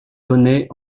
donnés